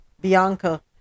Bianca